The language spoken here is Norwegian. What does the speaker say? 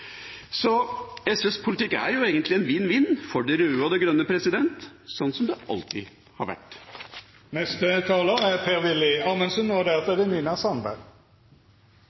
SVs politikk er egentlig en vinn-vinn for det røde og det grønne, slik det alltid har vært. La meg starte med å si meg enig med siste taler i at det er viktig med jernbanesatsing, og